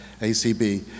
ACB